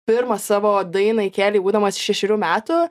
pirmą savo dainą įkėlei būdamas šešerių metų